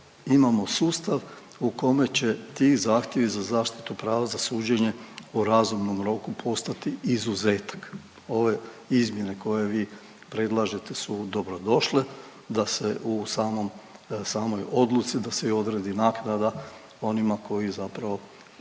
imamo sustav u kome će ti zahtjevi za zaštitu prava za suđenje u razumnom roku, postati izuzetak. Ove izmjene koje vi predlažete su dobro došle da se u samom, samoj odluci da se i odredi naknada onima koji zapravo